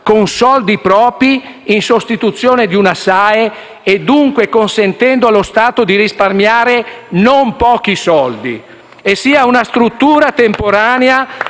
con soldi propri in sostituzione di una SAE e, dunque, consentendo allo Stato di risparmiare non pochi soldi; che la casetta sia una struttura temporanea